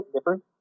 different